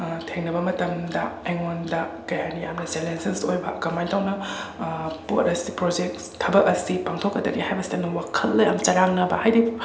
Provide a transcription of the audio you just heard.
ꯊꯦꯡꯅꯕ ꯃꯇꯝꯗ ꯑꯩꯉꯣꯟꯗ ꯀꯩ ꯍꯥꯏꯅꯤ ꯌꯥꯝꯅ ꯆꯦꯂꯦꯟꯖꯦꯁ ꯑꯣꯏꯕ ꯀꯃꯥꯏ ꯇꯧꯅ ꯄꯣꯠ ꯑꯁꯤ ꯄ꯭ꯔꯣꯖꯦꯛ ꯊꯕꯛ ꯑꯁꯤ ꯄꯥꯡꯊꯣꯛꯀꯗꯒꯦ ꯍꯥꯏꯕꯁꯦ ꯋꯥꯈꯜꯗ ꯌꯥꯝ ꯆꯔꯥꯡꯅꯕ ꯍꯥꯏꯗꯤ